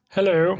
Hello